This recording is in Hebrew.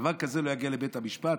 דבר כזה לא יגיע לבית המשפט?